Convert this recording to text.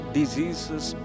diseases